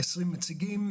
20 נציגים,